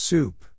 Soup